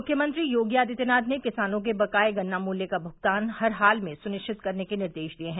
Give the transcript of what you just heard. मुख्यमंत्री योगी आदित्यनाथ ने किसानों के बकाये गन्ना मूल्य का भुगतान हरहाल में सुनिश्चित करने के निर्देश दिये हैं